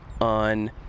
on